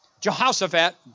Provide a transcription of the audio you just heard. Jehoshaphat